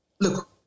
look